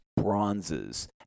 bronzes